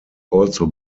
also